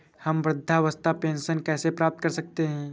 हम वृद्धावस्था पेंशन कैसे प्राप्त कर सकते हैं?